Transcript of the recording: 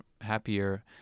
happier